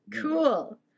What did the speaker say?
cool